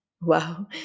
wow